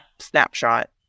snapshot